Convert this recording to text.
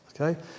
Okay